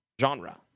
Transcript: genre